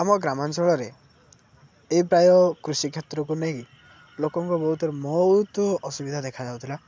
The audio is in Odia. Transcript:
ଆମ ଗ୍ରାମାଞ୍ଚଳ ରେ ଏ ପ୍ରାୟ କୃଷି କ୍ଷେତ୍ରକୁ ନେଇି ଲୋକଙ୍କ ବହୁତ ଅସୁବିଧା ଦେଖାଯାଉଥିଲା